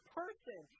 person